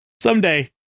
someday